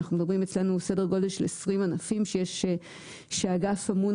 מדובר על סדר גודל של 20 ענפים שהאגף אמון